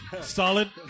Solid